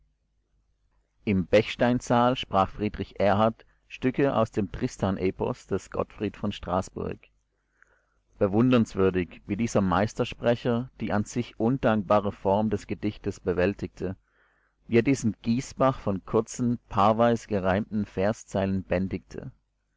im bechstein-saal sprach friedrich erhard stücke aus dem tristan-epos des gottfried v straßburg bewunderungswürdig wie dieser meistersprecher die an sich undankbare form des gedichtes bewältigte wie er diesen gießbach von kurzen paarweis gereimten verszeilen bändigte